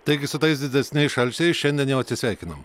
taigi su tais didesniais šalčiais šiandien jau atsisveikinom